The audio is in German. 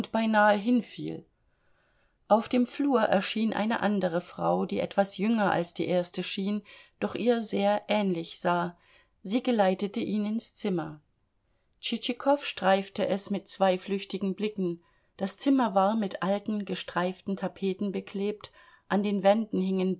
beinahe hinfiel auf dem flur erschien eine andere frau die etwas jünger als die erste schien doch ihr sehr ähnlich sah sie geleitete ihn ins zimmer tschitschikow streifte es mit zwei flüchtigen blicken das zimmer war mit alten gestreiften tapeten beklebt an den wänden hingen